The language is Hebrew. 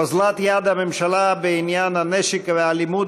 אוזלת יד הממשלה בעניין הנשק והאלימות